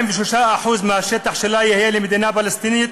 43% מהשטח שלה יהיה למדינה פלסטינית,